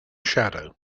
shadow